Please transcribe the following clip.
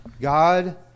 God